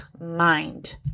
mind